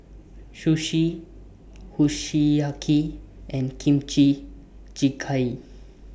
Sushi Kushiyaki and Kimchi Jjigae